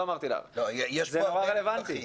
זה נורא רלוונטי.